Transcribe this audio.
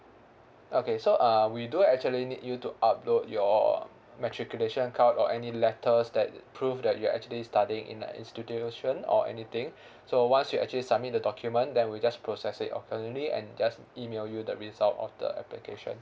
okay so uh we do actually need you to upload your matriculation card or any letters that prove that you're actually studying in a institution or anything so once you actually submit the document then we'll just process it accordingly and just email you the result of the application